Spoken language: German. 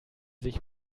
sich